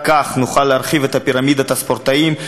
רק כך נוכל להרחיב את פירמידת הספורטאים,